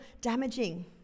damaging